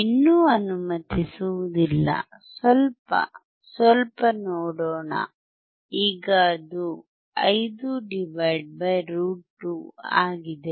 ಇನ್ನೂ ಅನುಮತಿಸುವುದಿಲ್ಲ ಸ್ವಲ್ಪ ಸ್ವಲ್ಪ ನೋಡೋಣ ಈಗ ಅದು 5 √ 2 ಆಗಿದೆ